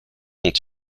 dont